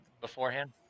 Beforehand